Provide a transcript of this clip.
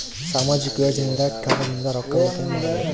ಸಾಮಾಜಿಕ ಯೋಜನೆಯಿಂದ ಖಾತಾದಿಂದ ರೊಕ್ಕ ಉಳಿತಾಯ ಮಾಡಬಹುದ?